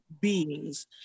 beings